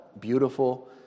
beautiful